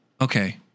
Okay